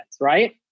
right